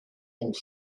and